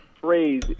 phrase